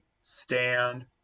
stand